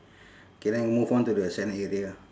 K then move on to the sand area ah